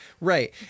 Right